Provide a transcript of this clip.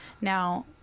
Now